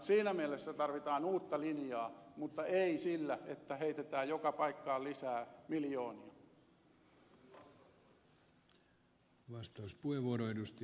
siinä mielessä tarvitaan uutta linjaa mutta ei sillä että heitetään joka paikkaan lisää miljoonia